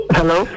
Hello